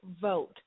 vote